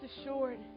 assured